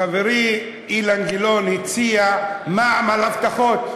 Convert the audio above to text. חברי אילן גילאון הציע מע"מ על הבטחות,